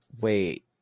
wait